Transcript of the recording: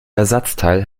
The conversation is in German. ersatzteil